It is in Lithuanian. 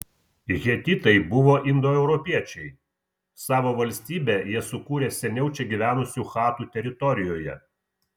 hetitai buvo indoeuropiečiai savo valstybę jie sukūrė seniau čia gyvenusių chatų teritorijoje